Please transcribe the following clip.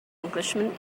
englishman